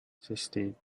sixteen